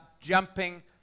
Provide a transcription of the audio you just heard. jumping